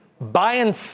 buying